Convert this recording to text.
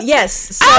Yes